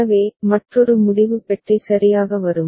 எனவே மற்றொரு முடிவு பெட்டி சரியாக வரும்